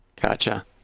Gotcha